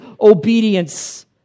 obedience